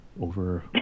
over